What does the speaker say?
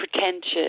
pretentious